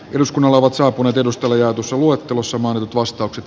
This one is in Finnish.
eduskunnalla ovat saapuneet edusta verotusluettelossa maan etuostokset